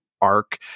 arc